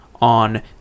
on